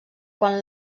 quan